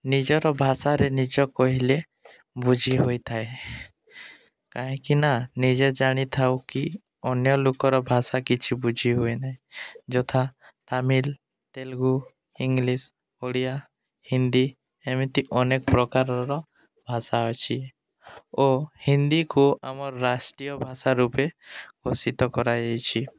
ନିଜର ଭାଷାରେ ନିଜ କହିଲେ ବୁଝି ହୋଇଥାଏ କାହିଁକିନା ନିଜେ ଜାଣିଥାଉ କି ଅନ୍ୟ ଲୋକର ଭାଷା କିଛି ବୁଝି ହୁଏ ନାହିଁ ଯଥା ତାମିଲ ତେଲୁଗୁ ଇଂଲିଶ୍ ଓଡ଼ିଆ ହିନ୍ଦୀ ଏମିତି ଅନେକ ପ୍ରକାରର ଭାଷା ଅଛି ଓ ହିନ୍ଦୀକୁ ଆମ ରାଷ୍ଟ୍ରୀୟ ଭାଷା ରୂପେ ଘୋଷିତ କରାଯାଇଛି